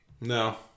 No